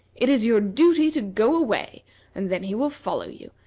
it is your duty to go away and then he will follow you,